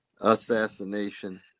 assassination